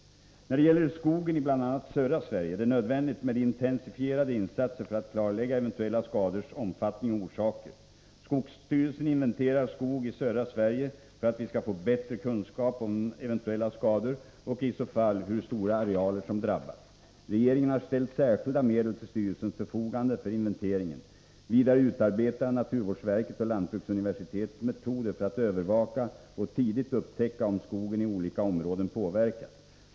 När det gäller skogen i bl.a. södra Sverige är det nödvändigt med intensifierade insatser för att klarlägga eventuella skadors omfattning och orsaker. Skogsstyrelsen inventerar skog i södra Sverige för att vi skall få bättre kunskap om eventuella skador och i så fall kunna avgöra hur stora arealer som drabbats. Regeringen har ställt särskilda medel till styrelsens förfogande för inventeringen. Vidare utarbetar naturvårdsverket och lantbruksuniversitetet metoder för att övervaka och tidigt upptäcka om skogen i olika områden påverkas.